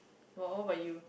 oh but you